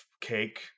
cake